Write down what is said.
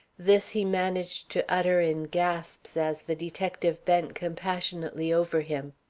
this he managed to utter in gasps as the detective bent compassionately over him.